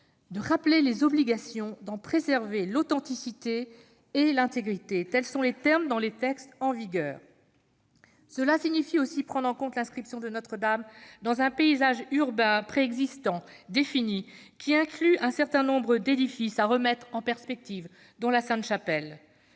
de rappeler les obligations d'en préserver l'« authenticité » et l'« intégrité »: tels sont les termes figurant dans les textes en vigueur. Cela signifie aussi qu'il faut prendre en compte l'inscription de Notre-Dame dans un paysage urbain préexistant, défini, qui inclut un certain nombre d'édifices à remettre en perspective, dont la Sainte-Chapelle.